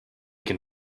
can